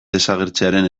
desagertzearen